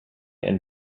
and